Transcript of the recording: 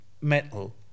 metal